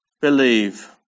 believe